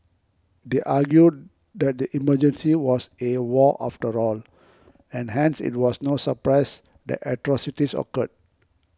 they argue that the Emergency was a war after all and hence it was no surprise that atrocities occurred